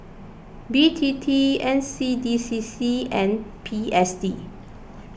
B T T N C D C C and P S D